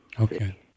Okay